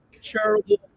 charitable